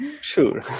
Sure